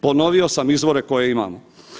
Ponovio sam izvore koje imamo.